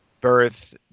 birth